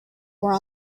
were